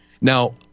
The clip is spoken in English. Now